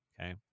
okay